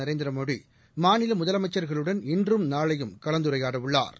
நரேந்திரமோடி மாநில முதலமைச்சா்களுடன் இன்றும் நாளையும் கலந்துரையாட உள்ளாா்